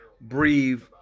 breathe